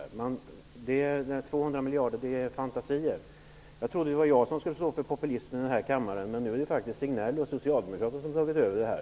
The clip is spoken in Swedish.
200 miljarder är fantasier. Jag trodde att det var jag som skulle stå för populismen i denna kammare, men det är faktiskt Signell och socialdemokraterna som tagit över.